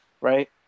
right